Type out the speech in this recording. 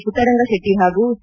ಪುಟ್ಟರಂಗಶೆಟ್ಟಿ ಹಾಗೂ ಸಿ